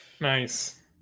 Nice